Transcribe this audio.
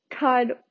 God